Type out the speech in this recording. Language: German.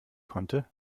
konnte